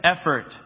effort